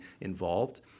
involved